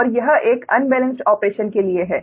और यह एक अनबेलेंस्ड ऑपरेशन के लिए है